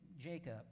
Jacob